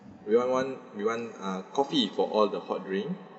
we all want we want uh coffee for all the hot drink